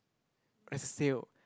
a sale